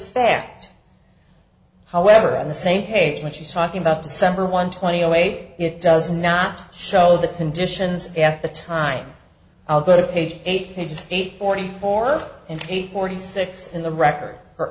fact however on the same page when she's talking about december one twenty away it does not show the conditions at the time i'll go to page eight pages eight forty four and eight forty six in the record